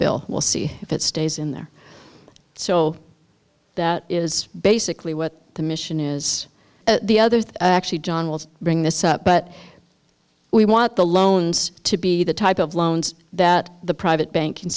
bill we'll see if it stays in there so that is basically what the mission is the others actually john will bring this up but we want the loans to be the type of loans that the private banking